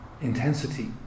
intensity